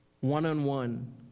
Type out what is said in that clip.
one-on-one